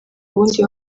ubundi